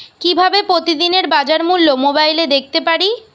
কিভাবে প্রতিদিনের বাজার মূল্য মোবাইলে দেখতে পারি?